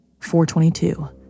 422